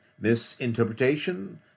misinterpretation